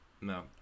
no